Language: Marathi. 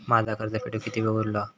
माझा कर्ज फेडुक किती वेळ उरलो हा?